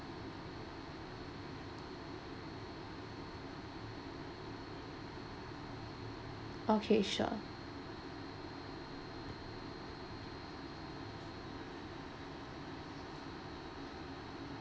okay sure